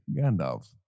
Gandalf